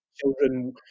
children